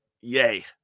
yay